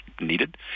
needed